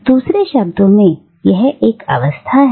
दूसरे शब्दों में यह एक अवस्था है